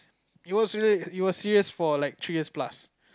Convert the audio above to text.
it was it was serious for like three years plus